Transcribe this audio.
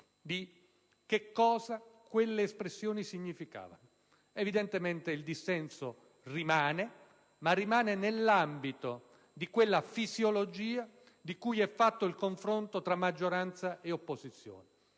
di che cosa quelle espressioni significavano. Evidentemente il dissenso rimane, ma rimane nell'ambito di quella fisiologia di cui è fatto il confronto tra maggioranza e opposizione.